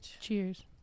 Cheers